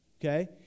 Okay